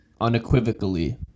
unequivocally